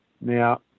Now